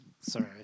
sorry